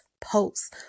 posts